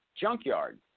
junkyard